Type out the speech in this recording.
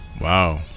wow